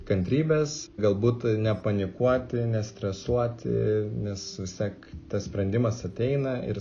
kantrybės galbūt nepanikuoti nestresuoti nes vis tiek tas sprendimas ateina ir